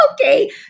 okay